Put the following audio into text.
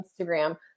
Instagram